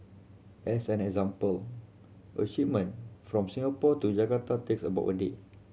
as an example a shipment from Singapore to Jakarta takes about a day